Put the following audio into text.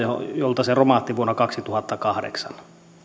jolta se romahti vuonna kaksituhattakahdeksan